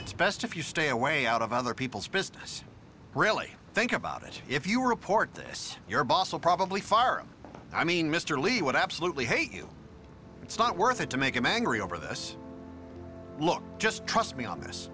it's best if you stay away out of other people's business really think about it if you report this your boss will probably far i mean mr lee would absolutely hate you it's not worth it to make him angry over this look just trust me on this